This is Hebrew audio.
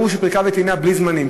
של פריקה וטעינה בלי זמנים.